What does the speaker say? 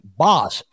boss